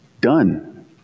done